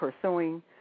pursuing